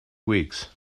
weeks